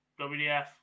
WDF